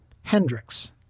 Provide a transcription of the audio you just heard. Hendrix